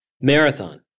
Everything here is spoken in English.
marathon